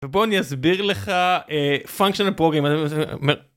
בוא אני נסביר לך פונקציה פוגרמת.